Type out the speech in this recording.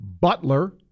Butler